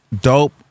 dope